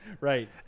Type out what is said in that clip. Right